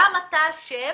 גם אתה אשם